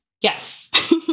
Yes